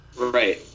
Right